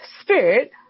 Spirit